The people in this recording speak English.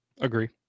agree